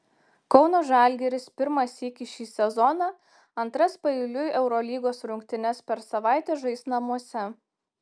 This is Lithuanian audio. kauno žalgiris pirmą sykį šį sezoną antras paeiliui eurolygos rungtynes per savaitę žais namuose